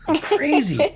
Crazy